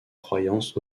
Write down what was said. croyances